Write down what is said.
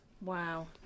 Wow